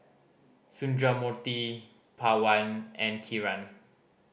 Sundramoorthy Pawan and Kiran